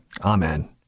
Amen